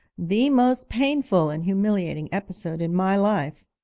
the most painful and humiliating episode in my life.